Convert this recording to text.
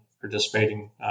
participating